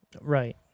Right